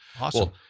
awesome